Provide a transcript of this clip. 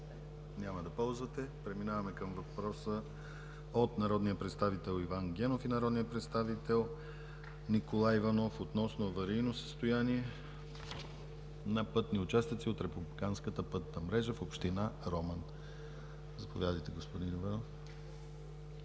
Няма да ползвате. Преминаваме към въпроса от народния представител Иван Генов и народния представител Николай Иванов относно аварийно състояние на пътни участъци от републиканската пътна мрежа в община Роман. Заповядайте, господин Иванов.